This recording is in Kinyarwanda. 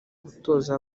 gutoza